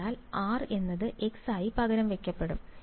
അതിനാൽ r എന്നത് x ആയി പകരം വയ്ക്കപ്പെടും